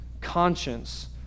conscience